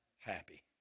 happy